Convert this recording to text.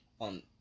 on